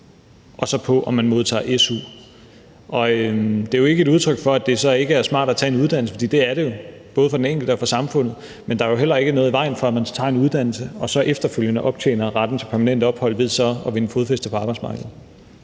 og på, om man modtager su. Det er jo ikke et udtryk for, at det så ikke er smart at tage en uddannelse, for det er det jo, både for den enkelte og for samfundet, men der er jo heller ikke noget i vejen for, at man tager en uddannelse og så selvfølgelig efterfølgende optjener retten til permanent ophold ved så at vinde fodfæste på arbejdsmarkedet.